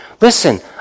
Listen